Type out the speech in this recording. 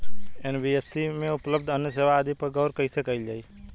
NBFC में उपलब्ध अन्य सेवा आदि पर गौर कइसे करल जाइ?